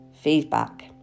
feedback